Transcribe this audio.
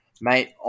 mate